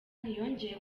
ntiyongeye